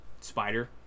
spider